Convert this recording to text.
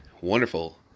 wonderful